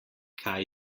kaj